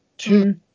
Two